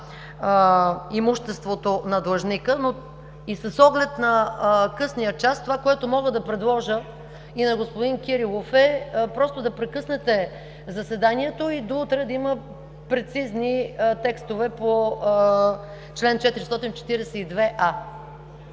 имуществото на длъжника и с оглед на късния час това, което мога да предложа и на господин Кирилов, е просто да прекъснете заседанието и до утре да има прецизни текстове по чл. 442а.